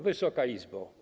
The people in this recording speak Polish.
Wysoka Izbo!